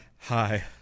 Hi